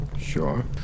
Sure